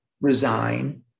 resign